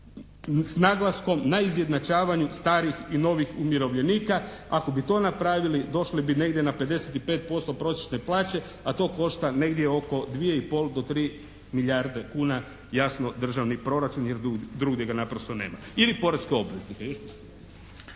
s naglaskom na izjednačavaju starih i novih umirovljenika. Ako bi to napravili došli bi negdje na 55% prosječne plaće, a to košta negdje oko 2 i pol do 3 milijarde kuna, jasno državni proračun jer drugdje ga naprosto nema ili …/Govornik